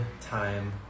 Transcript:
time